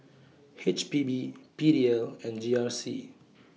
H P B P D L and G R C